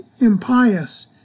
impious